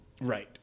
Right